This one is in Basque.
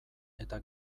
eta